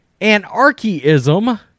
anarchism